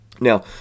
Now